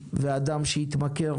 ואדם שהתמכר,